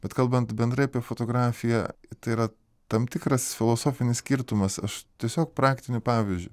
bet kalbant bendrai apie fotografiją tai yra tam tikras filosofinis skirtumas aš tiesiog praktiniu pavyzdžiu